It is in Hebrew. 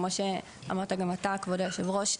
כמו שאמרת גם אתה כבוד היו"ר,